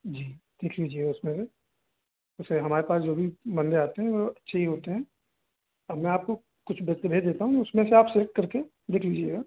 जी लिख लीजिए उसमें से वैसे हमारे पास जो भी बन्दे आते हैं वे अच्छे ही होते हैं अब मैं आपको कुछ व्यक्ति भेज देता हूँ उसमें से आप सेलेक्ट करके देख लीजिएगा